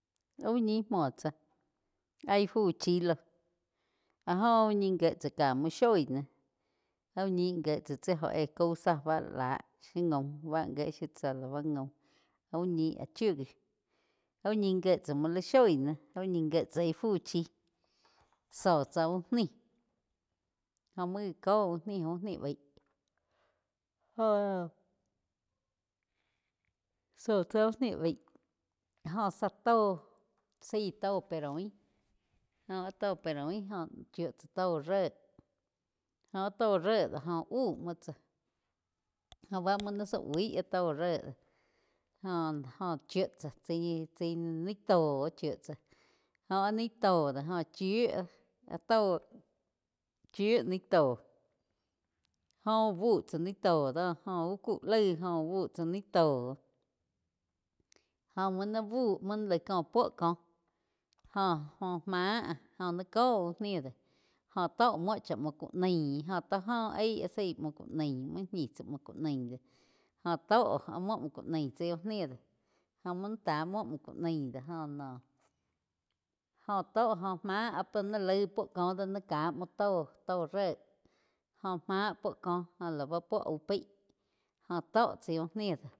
Úh ñí múo tsá áh íh fu chí loh áh joh úh ñi gié tsá ka muo shoi na áh úh ñi gie tzá tsi óh éh kau zá báh láh la shiu gaum bá gie shiu tzá lau gaum úh ñih áh chiu gi. Uh ñi gie tsá muo la shoi nah úh ñi gie tsá íh fu chi zóh tsá úh nih jó muo gá ko úh ni, uh ni baig joh zó tzá úh nih baíg joh zá tóh zái tó peroi joh áh tó peroi joh chiu tsá tó réh jó áh tó ré do joh úh múo tsáh joh bá múo zá ui áh tóh réh joh-joh chiu tsá chaí, chaí ni tó chiu tsá joh áh ni tó de jo chíu áh tó chíu ni tó jóh úh búh tsá ni tóh do joh úh ku laig jóh úh bu tsá ni tóh jó muo ni búh muo laig cóh puo cóh. Joh-joh máh góh ni có úh ni doh jo tó muo cha muoh ku nai jo tó oh aig áh zai múo ku naí muo ñiih tzá muo ku nai de jóh tó áh múo ku naí chai úh ni do, muo nai tá muoh múoh ku nai do jo noh jo tó óh máh áh puo nai laig puo koh do ni ká muo tó ré jóh máh puo có lau púo aú pai jóh tó chai úh ni do.